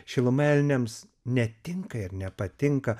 šiluma elniams netinka ir nepatinka